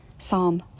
psalm